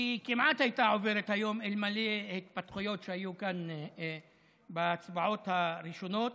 היא כמעט הייתה עוברת אלמלא התפתחויות שהיו כאן בהצבעות הראשונות.